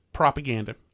propaganda